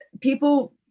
people